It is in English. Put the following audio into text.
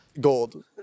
Gold